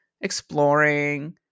exploring